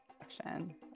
action